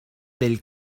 del